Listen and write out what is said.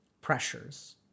pressures